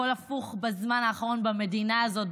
הכול הפוך בזמן האחרון במדינה הזאת,